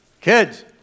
Kids